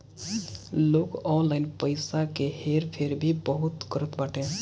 लोग ऑनलाइन पईसा के हेर फेर भी बहुत करत बाटे